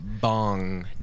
Bong